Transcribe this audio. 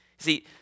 See